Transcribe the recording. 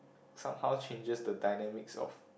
somehow changes the dynamics of